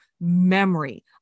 memory